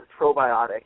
probiotic